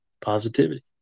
positivity